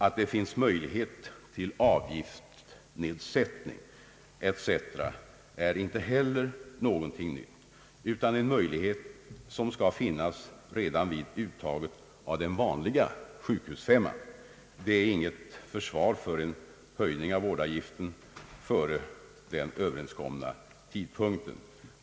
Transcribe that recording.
Att det finns möjlighet till avgiftsnedsättning etc. är inte heller någonting nytt, utan det är en möjlighet som skall finnas redan vid uttaget av den vanliga sjukhusavgiften av fem kronor. Detta är inte något försvar för en höjning av vårdavgiften före den överenskomna tidpunkten.